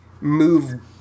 move